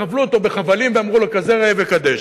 כבלו אותו בחבלים ואמרו לו: כזה ראה וקדש.